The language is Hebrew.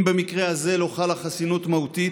אם במקרה הזה לא חלה חסינות מהותית,